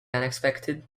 unexpected